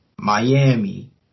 Miami